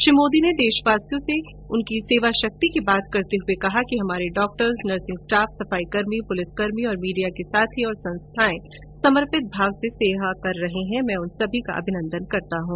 श्री मोदी ने देशवासियों की सेवाशक्ति की बात करते हुए कहा कि हमारे डॉक्टर्स नर्सिंग स्टॉफ सफाईकर्मी पुलिसकर्मी मीडिया के साथी और संस्थाए समर्पित भाव से सेवा कर रहे हैं उन सभी का मैं अभिनन्दन करता हूँ